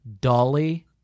Dolly